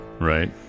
Right